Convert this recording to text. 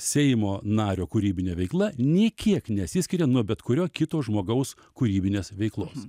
seimo nario kūrybinė veikla nė kiek nesiskiria nuo bet kurio kito žmogaus kūrybinės veiklos